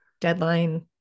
deadline